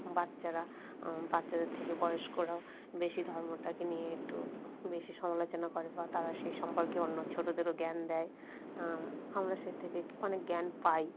বাচ্চারা বাচ্চাদের থেকে বয়স্করা বেশি ধর্মটাকে নিয়ে একটু বেশি সমালোচনা করে বা তারা সেই সম্পর্কে অন্য ছোটদেরও জ্ঞান দেয় আমরা সেই থেকে অনেক জ্ঞান পাই